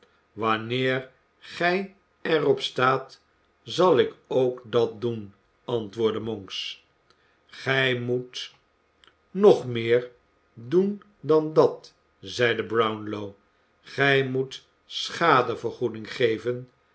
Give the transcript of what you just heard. wanneer gij er op staat zal ik ook dat doen antwoordde monks gij moet nog meer doen dan dat zeide brownlow gij moet schadevergoeding geven